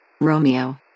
Romeo